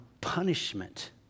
punishment